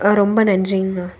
ஆ ரொம்ப நன்றிங்கண்ணா